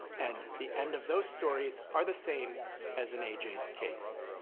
and the end of those stories, are the same as in aj's case.